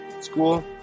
school